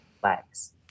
flags